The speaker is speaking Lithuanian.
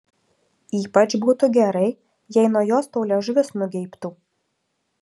ypač būtų gerai jei nuo jos tau liežuvis nugeibtų